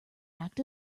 act